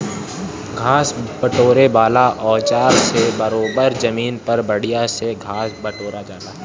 घास बिटोरे वाला औज़ार से बरोबर जमीन पर बढ़िया से घास बिटोरा जाला